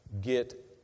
get